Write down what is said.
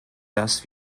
dass